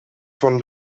von